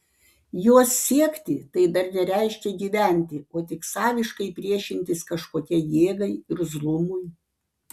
jos siekti tai dar nereiškia gyventi o tik saviškai priešintis kažkokiai jėgai irzlumui